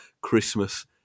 Christmas